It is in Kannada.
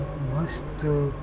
ಮಸ್ತ್